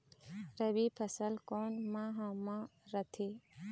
रबी फसल कोन माह म रथे?